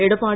Edappadi